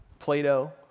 Plato